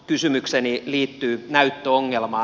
kysymykseni liittyy näyttöongelmaan